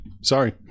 Sorry